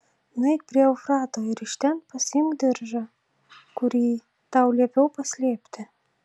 nueik prie eufrato ir iš ten pasiimk diržą kurį tau liepiau paslėpti